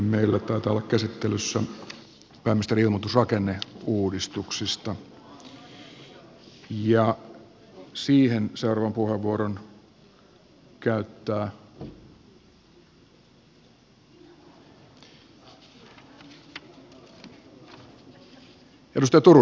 meillä taitaa olla käsittelyssä pääministerin ilmoitus rakenneuudistuksista ja siihen seuraavan puheenvuoron käyttää edustaja turunen olkaa hyvä